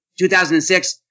2006